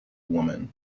woman